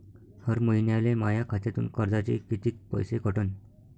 हर महिन्याले माह्या खात्यातून कर्जाचे कितीक पैसे कटन?